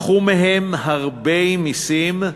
לקחו מהם הרבה מסים,